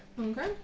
Okay